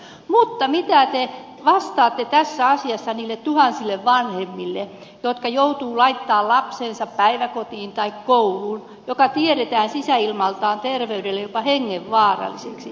mutta mitä te vastaatte tässä asiassa niille tuhansille vanhemmille jotka joutuvat laittamaan lapsensa päiväkotiin tai kouluun joka tiedetään sisäilmaltaan terveydelle jopa hengenvaaralliseksi